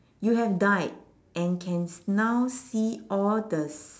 you have died and can now see all the s~